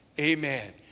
Amen